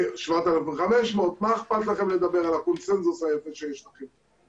7,500. מה אכפת לכם לדבר על הקונצנזוס היפה שיש לכם.